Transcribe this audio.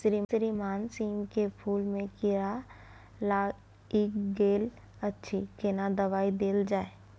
श्रीमान सीम के फूल में कीरा लाईग गेल अछि केना दवाई देल जाय?